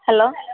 hello